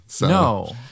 No